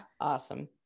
Awesome